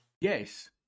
Yes